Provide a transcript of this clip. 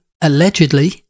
allegedly